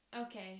okay